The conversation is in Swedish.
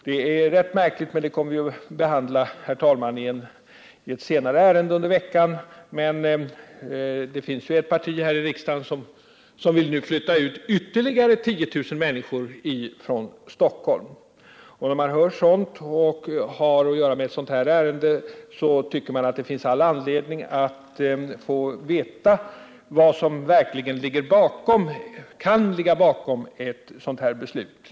Det är rätt märkligt, herr talman, — jag kommer nu in på en fråga som vi kommer att behandla här i kammaren senare under veckan — att det finns ett parti här i riksdagen som vill flytta ut 10 000 människor ytterligare från Stockholm. När jag hör sådant och samtidigt har att göra med ett ärende som detta tycker jag att det finns all anledning att få veta vad som verkligen kan ligga bakom ett sådant här beslut.